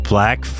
Black